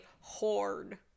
horde